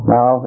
Now